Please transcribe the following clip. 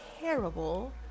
terrible